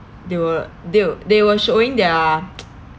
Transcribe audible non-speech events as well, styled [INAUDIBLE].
they were they they were showing their [NOISE]